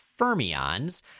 fermions